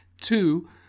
Two